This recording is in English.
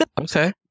Okay